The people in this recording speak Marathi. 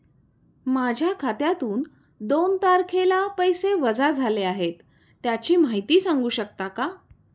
माझ्या खात्यातून दोन तारखेला पैसे वजा झाले आहेत त्याची माहिती सांगू शकता का?